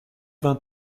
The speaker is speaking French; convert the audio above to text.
vingt